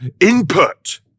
input